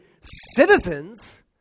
citizens